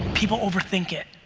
people overthink it.